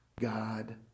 God